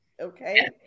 okay